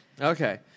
Okay